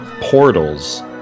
portals